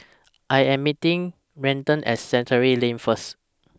I Am meeting Raiden At Chancery Lane First